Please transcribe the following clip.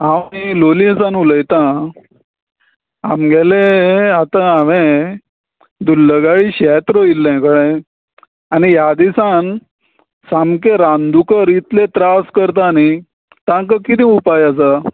हांव न्ही लोलयें सावन उलयता आमगेलें हें आतां हांवें दुल्लगाळी शेत रोयिल्लें कळ्ळें आनी ह्या दिसान सामकें रान दुकर इतले त्रास करता न्ही तांकां कितें उपाय आसा